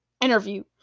Interview